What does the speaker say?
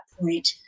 point